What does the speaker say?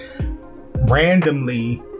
randomly